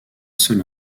seul